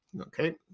Okay